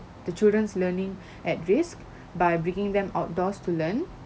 the children's learning at risk by bringing them outdoors to learn